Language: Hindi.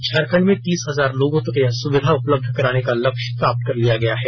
झारखंड में तीस हजार लोगों तक यह सुविधा उपलब्ध कराने का लक्ष्य प्राप्त कर लिया गया है